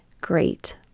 great